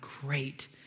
great